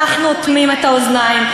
אנחנו אוטמים את האוזניים,